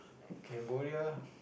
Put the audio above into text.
Cambodia